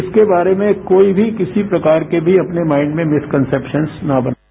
इसके बारे में कोई भी किसी प्रकार के भी अपने माइंडमें मिसकंसेप्शन्स ना बनायें